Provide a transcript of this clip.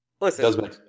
listen